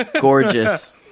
gorgeous